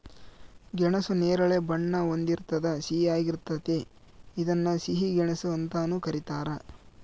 ಗೆಣಸು ನೇರಳೆ ಬಣ್ಣ ಹೊಂದಿರ್ತದ ಸಿಹಿಯಾಗಿರ್ತತೆ ಇದನ್ನ ಸಿಹಿ ಗೆಣಸು ಅಂತಾನೂ ಕರೀತಾರ